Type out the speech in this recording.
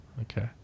Okay